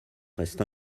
reste